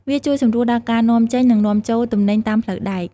វាជួយសម្រួលដល់ការនាំចេញនិងនាំចូលទំនិញតាមផ្លូវដែក។